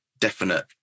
definite